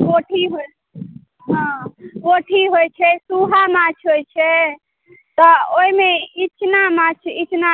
पोठी होइत छै हँ पोठी होइत छै सूहा माछ होइत छै तऽ ओहिमे इचना माछ इचना